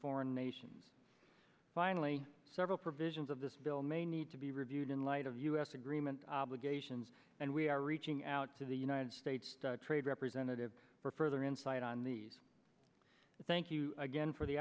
foreign nations finally several provisions of this bill may need to be reviewed in light of us agreement obligations and we are reaching out to the united states trade representative for further insight on these thank you again for the